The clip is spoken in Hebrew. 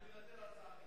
אני מוותר על הצעה אחרת.